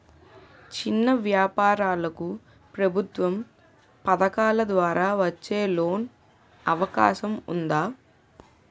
చిన్న వ్యాపారాలకు ప్రభుత్వం పథకాల ద్వారా వచ్చే లోన్ అవకాశం ఉందా?